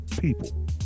people